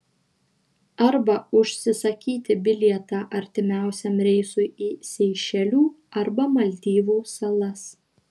arba užsisakyti bilietą artimiausiam reisui į seišelių arba maldyvų salas